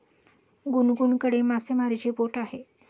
गुनगुनकडे मासेमारीची बोट आहे